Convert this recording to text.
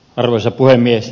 arvoisa puhemies